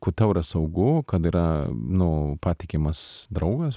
kur tau yra saugu kad yra nu patikimas draugas